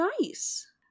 nice